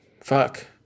fuck